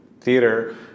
theater